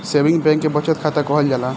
saving bank के बचत खाता कहल जाला